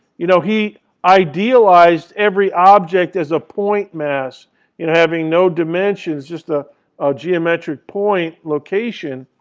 you know he idealized every object as a point mass having no dimensions, just ah a geometric point location.